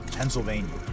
Pennsylvania